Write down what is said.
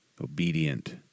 obedient